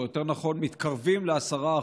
או יותר נכון מתקרבים ל-10%,